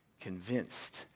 convinced